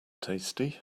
tasty